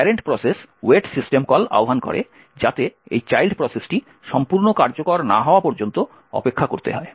parent process wait system call আহ্বান করে যাতে এই চাইল্ড প্রসেসটি সম্পূর্ণ কার্যকর না হওয়া পর্যন্ত অপেক্ষা করতে হয়